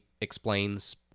explains